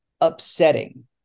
upsetting